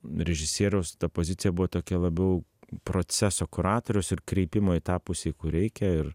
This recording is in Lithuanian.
režisieriaus ta pozicija buvo tokia labiau proceso kuratorius ir kreipimo į tą pusę į kur reikia ir